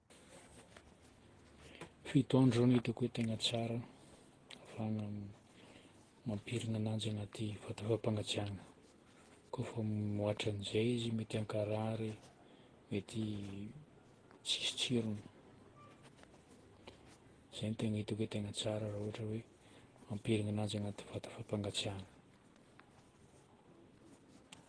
Fito andro izao no hitako hoe tegna tsara ahafahagna mampirigna ananjy agnaty vata fapangatsiahagna. Kofa mihoatra an'izay izy mety hankarary, mety tsisy tsirony. Zay no tegna hitako hoe tegna tsara raha ohatra hoe hampirigna azy agnaty vata fampangatsiahagna.